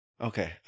Okay